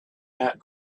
not